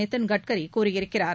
நிதின்கட்கரி கூறியிருக்கிறார்